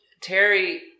Terry